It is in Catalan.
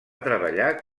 treballar